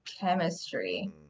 chemistry